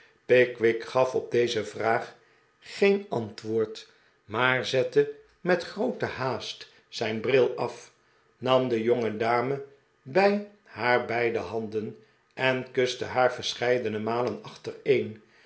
gaf op deze vraag geen antwoord maar zette met groote haast zijn bill af nam de jongedame bij haar beide handen en kuste haar verscheidene malen achtereen